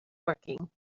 working